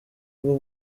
bwo